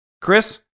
Chris